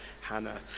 Hannah